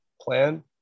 plan